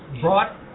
brought